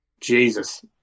Jesus